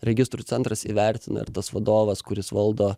registrų centras įvertina ar tas vadovas kuris valdo